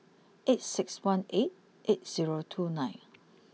eight six one eight eight zero two nine